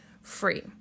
free